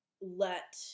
let